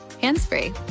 hands-free